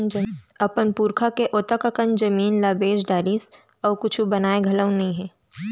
अपन पुरखा के ओतेक अकन जमीन ल बेच डारिस अउ कुछ बनइस घलोक नइ हे